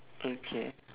okay